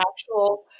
actual